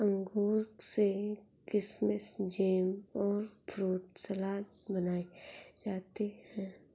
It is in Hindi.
अंगूर से किशमिस जैम और फ्रूट सलाद बनाई जाती है